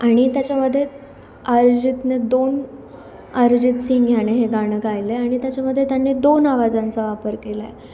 आणि त्याच्यामध्ये अरजितने दोन अरजित सिंग ह्याने हे गाणं गायलं आहे आणि त्याच्यामध्ये त्यांनी दोन आवाजांचा वापर केला आहे